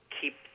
keep